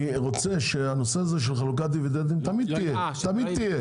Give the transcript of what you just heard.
אני רוצה שהנושא של חלוקת דיבידנדים תמיד תהיה.